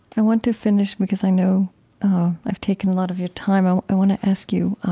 i want to finish because i know i've taken a lot of your time. ah i want to ask you,